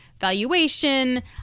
valuation